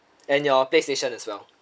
and your playstation as well